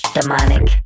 Demonic